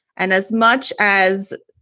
and as much as.